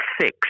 six